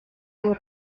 will